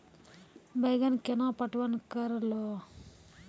बैंगन केना पटवन करऽ लो?